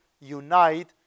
unite